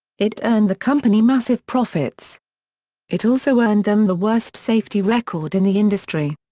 it earned the company massive profits it also earned them the worst safety record in the industry.